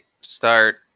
start